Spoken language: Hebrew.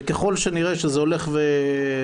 וככל שנראה שזה הולך ומוטמע,